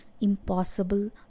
impossible